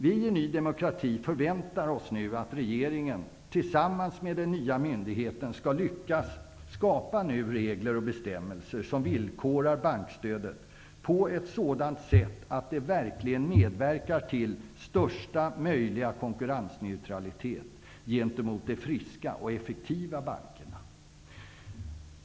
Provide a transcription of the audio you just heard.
Vi i Ny demokrati förväntar oss nu att regeringen, tillsammans med den nya myndigheten, skall lyckas skapa regler och bestämmelser som villkorar bankstödet på ett sådant sätt att det verkligen medverkar till största möjliga konkurrensneutralitet gentemot de friska och effektiva bankerna.